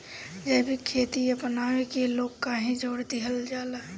जैविक खेती अपनावे के लोग काहे जोड़ दिहल जाता?